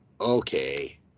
okay